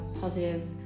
positive